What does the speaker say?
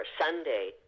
Sunday